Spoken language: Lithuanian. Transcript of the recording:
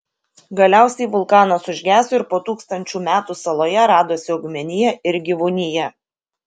galiausiai vulkanas užgeso ir po tūkstančių metų saloje radosi augmenija ir gyvūnija